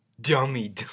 dummy